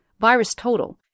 VirusTotal